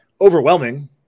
overwhelming